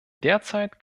derzeit